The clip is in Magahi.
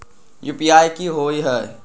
यू.पी.आई कि होअ हई?